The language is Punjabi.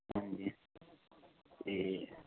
ਹਾਂਜੀ ਤੇ